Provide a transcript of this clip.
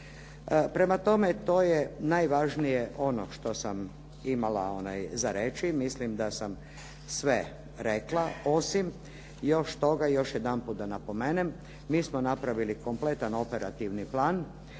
Prema tome, to je najvažnije ono što sam imala za reći, mislim da sam sve rekla osim još toga, još jedanput da napomenem, mi smo napravili kompletan operativni plan,